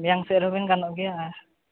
ᱢᱮᱭᱟᱝ ᱥᱮᱫ ᱨᱮᱦᱚᱸ ᱵᱤᱱ ᱜᱟᱱᱚᱜ ᱜᱮᱭᱟ